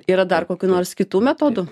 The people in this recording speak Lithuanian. yra dar kokių nors kitų metodų